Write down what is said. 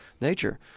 nature